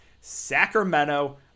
Sacramento